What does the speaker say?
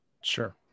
Sure